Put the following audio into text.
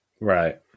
Right